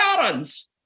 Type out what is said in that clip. parents